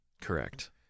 Correct